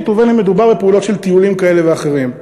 ובין שמדובר בפעולות של טיולים כאלה ואחרים.